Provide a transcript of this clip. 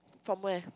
from where